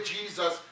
Jesus